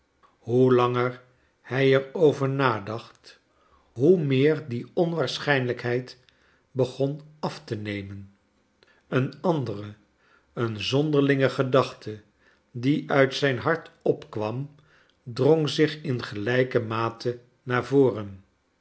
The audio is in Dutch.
hoe langer hij er over nadacht hoe meer die onwaarschijnlijkheid begon af te nemen een andere een zonderlinge gedachte die uit zijn hart opkwam drong zich in gelijke mate naar voren